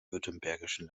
württembergischen